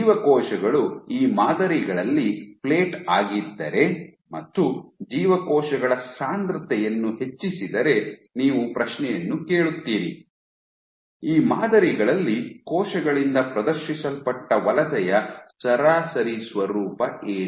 ಜೀವಕೋಶಗಳು ಈ ಮಾದರಿಗಳಲ್ಲಿ ಪ್ಲೇಟ್ ಆಗಿದ್ದರೆ ಮತ್ತು ಜೀವಕೋಶಗಳ ಸಾಂದ್ರತೆಯನ್ನು ಹೆಚ್ಚಿಸಿದರೆ ನೀವು ಪ್ರಶ್ನೆಯನ್ನು ಕೇಳುತ್ತೀರಿ ಈ ಮಾದರಿಗಳಲ್ಲಿ ಕೋಶಗಳಿಂದ ಪ್ರದರ್ಶಿಸಲ್ಪಟ್ಟ ವಲಸೆಯ ಸರಾಸರಿ ಸ್ವರೂಪ ಏನು